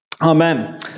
Amen